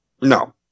No